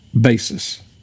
basis